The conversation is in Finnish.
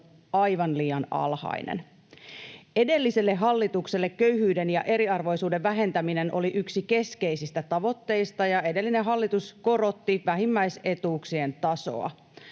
aivan liian alhainen. Edelliselle hallitukselle köyhyyden ja eriarvoisuuden vähentäminen oli yksi keskeisistä tavoitteista, ja edellinen hallitus korotti vähimmäisetuuksien tasoa.